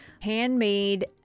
handmade